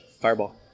Fireball